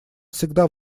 всегда